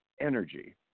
energy